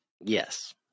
Yes